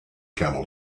camel